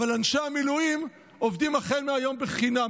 אבל אנשי המילואים עובדים החל מהיום בחינם?